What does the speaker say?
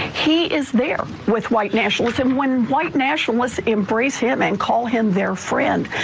he is there with white nationalism when white nationalists embrace him and call him their friend.